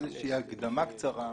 איזושהי הקדמה קצרה,